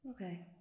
okay